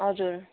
हजुर